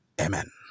Amen